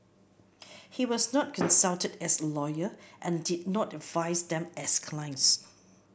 he was not consulted as a lawyer and did not advise them as clients